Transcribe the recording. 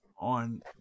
on